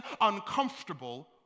uncomfortable